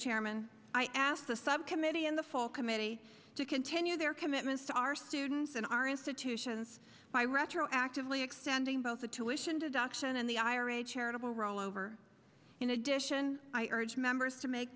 chairman i asked the subcommittee in the full committee to continue their commitment to our students and our institutions by retroactively extending both the tuition deduction and the ira charitable rollover in addition i urge members to make